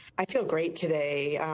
i feel great today.